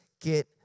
get